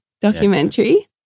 documentary